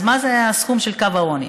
מה הסכום של קו העוני?